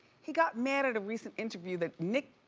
he got mad at a recent interview that nick